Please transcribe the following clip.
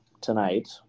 tonight